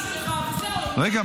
רגע.